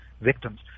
victims